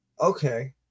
Okay